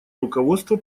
руководство